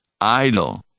Idle